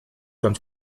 ganz